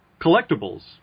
collectibles